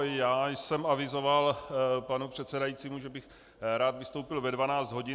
Já jsem avizoval panu předsedajícímu, že bych rád vystoupil ve 12 hodin.